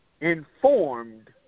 Informed